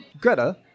Greta